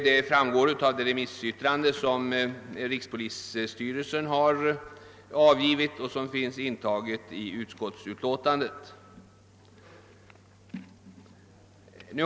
Detta framgår av det remissyttrande som rikspolisstyrelsen har avgivit och som finns intaget i utskottsutlåtandet.